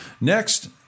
Next